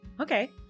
Okay